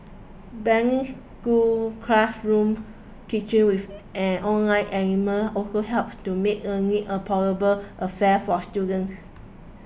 blending classroom teaching with an online element also helps to make learning a portable affair for students